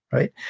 right?